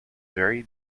very